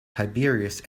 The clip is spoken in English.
tiberius